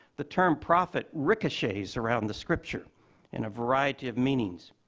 the term prophet ricochets around the scripture in a variety of meanings.